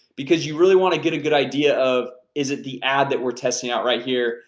because you really want to get a good idea of is it the ad that we're testing out right here?